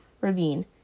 ravine